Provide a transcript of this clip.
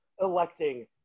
electing